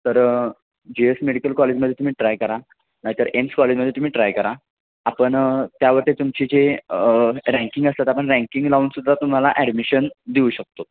तर G S medical कॉलेजमध्ये तुम्ही ट्राय करा नाहीयतर एम्स कॉलेजमध्ये तुम्ही ट्राय करा आपण त्यावरती तुमची जे रँकिंग असतात आपण रँकिंग लावूनसुद्धा तुम्हाला ॲडमिशन देऊ शकतो